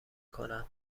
کنن